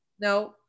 no